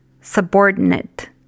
subordinate